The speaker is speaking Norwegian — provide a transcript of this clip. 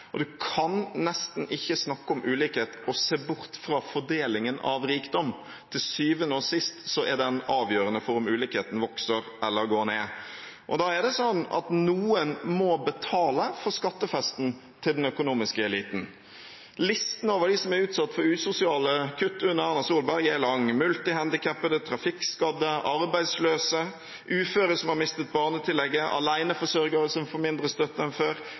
kan nesten ikke snakke om ulikhet og se bort fra fordelingen av rikdom. Til syvende og sist er den avgjørende for om ulikheten vokser eller går ned. Noen må betale for skattefesten til den økonomiske eliten. Listen over dem som er utsatt for usosiale kutt under Erna Solberg, er lang: multihandikappede, trafikkskadde, arbeidsløse, uføre som har mistet barnetillegget, aleneforsørgere som får mindre støtte enn før,